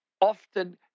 often